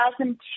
2002